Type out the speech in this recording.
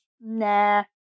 Nah